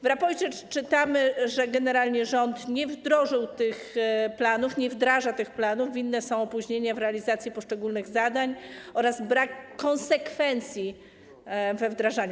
W raporcie czytamy, że generalnie rząd nie wdrożył tych planów, nie wdraża tych planów, winne są opóźnienia w realizacji poszczególnych zadań oraz brak konsekwencji we wdrażaniu.